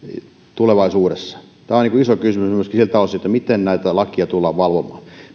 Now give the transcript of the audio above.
tulevaisuudessa tämä on iso kysymys myöskin siltä osin miten näitä lakeja tullaan valvomaan